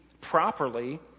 properly